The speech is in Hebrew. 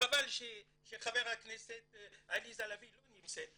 חבל שחברת הכנסת עליזה לביא יצאה,